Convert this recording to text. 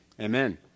Amen